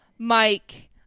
Mike